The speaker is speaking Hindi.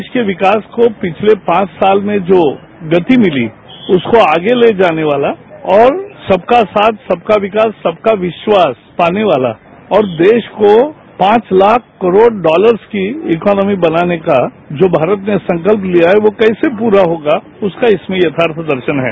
देश के विकास को पिछले पांच साल में जो गति मिली उसको आगे ले जाने वाला और सबका साथ सबका विकास सबका विश्वास पाने वाला और देश को पांच लाख करोड़ डॉलरस की इकोनोमी बनाने का जो भारत ने संकल्प लिया है वो कैसे पूरा होगा उसका इसमें यथार्थ दर्शन है